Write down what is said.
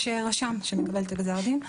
יש רשם שמקבל את גזר הדין,